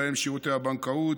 ובהם שירותי הבנקאות,